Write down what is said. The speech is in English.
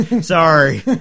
Sorry